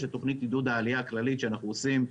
יש תוכנית עידוד עלייה כללית שאנחנו עושים,